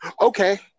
Okay